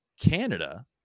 Canada